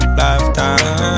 lifetime